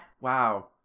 Wow